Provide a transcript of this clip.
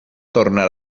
tornar